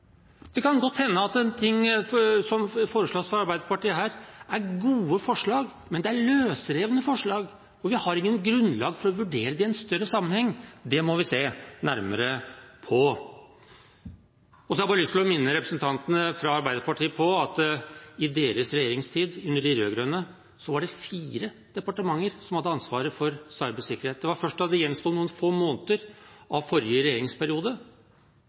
Det kan godt hende at ting som foreslås her fra Arbeiderpartiet, er gode forslag. Men det er løsrevne forslag. Vi har ikke grunnlag for å vurdere dem i en større sammenheng, og det må vi se nærmere på. Så har jeg lyst til å minne representantene fra Arbeiderpartiet på at i deres regjeringstid, under de rød-grønne, var det fire departementer som hadde ansvaret for cybersikkerhet. Det var først da det gjensto noen få måneder av forrige regjeringsperiode,